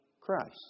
Christ